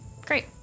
great